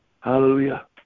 Hallelujah